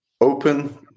open